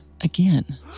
again